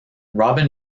robin